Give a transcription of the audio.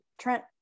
Trent